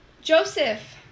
Joseph